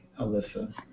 Alyssa